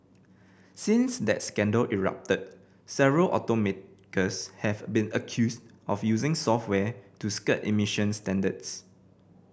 since that scandal erupted several automakers have been accused of using software to skirt emissions standards